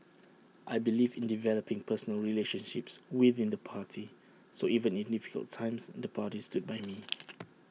I believe in developing personal relationships within the party so even in difficult times the party stood by me